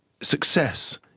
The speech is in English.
success